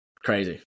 Crazy